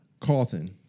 Carlton